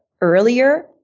earlier